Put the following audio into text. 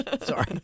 Sorry